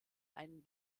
einen